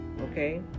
Okay